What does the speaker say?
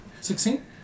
Sixteen